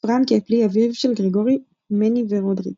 פרנק הפלי - אביו של גרגורי, מני ורודריק